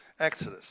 Exodus